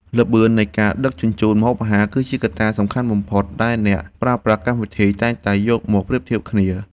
ល្បឿននៃការដឹកជញ្ជូនម្ហូបអាហារ គឺជាកត្តាសំខាន់បំផុតដែលអ្នកប្រើប្រាស់កម្មវិធីតែងតែយកមកប្រៀបធៀបគ្នា។